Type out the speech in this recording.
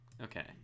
okay